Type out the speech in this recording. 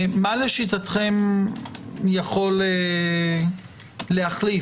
מה לשיטתכם יכול להחליף?